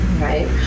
right